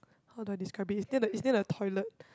how do I describe it is near is near the toilet